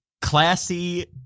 classy